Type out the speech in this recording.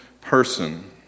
person